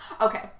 Okay